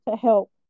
help